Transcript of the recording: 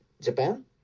Japan